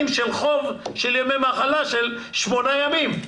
של חוב של ימי מחלה של שמונה ימים.